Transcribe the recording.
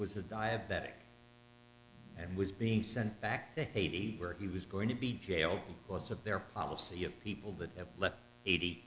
was a diabetic and was being sent back to haiti where he was going to be jailed what's of their policy of people that have left eighty